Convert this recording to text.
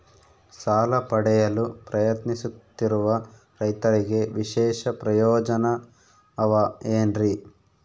ಸಾಲ ಪಡೆಯಲು ಪ್ರಯತ್ನಿಸುತ್ತಿರುವ ರೈತರಿಗೆ ವಿಶೇಷ ಪ್ರಯೋಜನ ಅವ ಏನ್ರಿ?